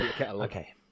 okay